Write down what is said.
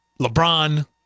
LeBron